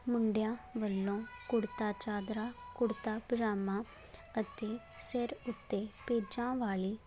ਮੁੰਡਿਆ ਵੱਲੋਂ ਕੁੜਤਾ ਚਾਦਰਾ ਕੁੜਤਾ ਪਜਾਮਾ ਅਤੇ ਸਿਰ ਉੱਤੇ ਪੇਚਾਂ ਵਾਲੀ